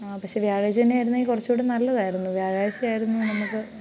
ആ പക്ഷെ വ്യാഴാഴ്ച്ച തന്നെ ആയിരുന്നു കുറച്ച്കൂടി നല്ലതായിരുന്നു വ്യാഴാഴ്ച്ച ആയിരുന്നു നമ്മൾക്ക്